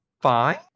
fine